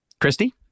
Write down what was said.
Christy